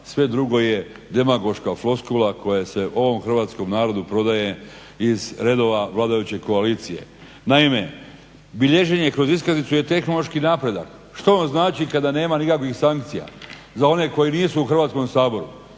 sve drugo je demagoška floskula koja se ovom hrvatskom narodu prodaje iz redova vladajuće koalicije. Naime, bilježenje kroz iskaznicu je tehnološki napredak. Što on znači kada nema nikakvih sankcija za one koji nisu u Hrvatskom saboru?